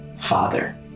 Father